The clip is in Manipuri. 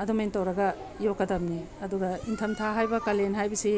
ꯑꯗꯨꯃꯦꯟ ꯇꯧꯔꯒ ꯌꯣꯛꯀꯗꯃꯤ ꯑꯗꯨꯒ ꯏꯪꯊꯝꯊꯥ ꯍꯥꯏꯕ ꯀꯥꯂꯦꯟ ꯍꯥꯏꯕꯁꯤ